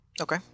Okay